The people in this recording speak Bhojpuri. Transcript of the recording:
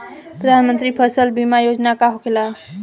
प्रधानमंत्री फसल बीमा योजना का होखेला?